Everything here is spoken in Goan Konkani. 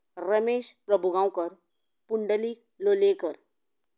रमेश प्रभूगांवकर पूंडलीक लोलयेकर